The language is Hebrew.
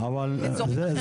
באזורים אחרים,